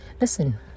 listen